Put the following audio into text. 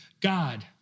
God